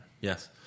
Yes